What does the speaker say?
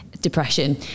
depression